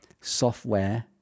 software